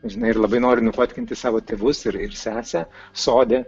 žinai ir labai noriu nufotkinti savo tėvus ir sesę sode